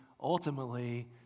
ultimately